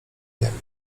niemu